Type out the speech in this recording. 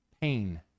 pain